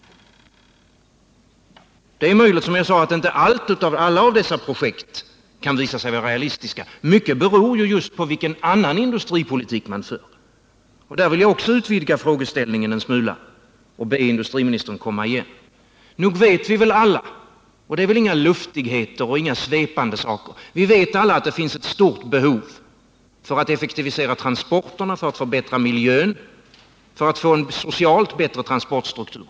Det är möjligt, som jag sade, att inte alla dessa projekt kan visa sig vara realistiska. Mycket beror ju på vilken annan industripolitik man för. Där vill jag också utvidga frågeställningen en smula och be industriministern komma igen. Nog vet vi alla — det är väl inga luftiga och svepande saker — att det finns ett stort behov av att effektivisera transporterna för att förbättra miljön och för att få en socialt bättre transportstruktur.